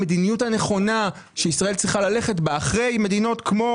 המדיניות הנכונה שישראל צריכה ללכת בה אחרי מדינות כמו